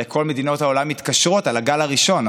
הרי כל מדינות העולם מתקשרות על הגל הראשון,